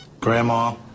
Grandma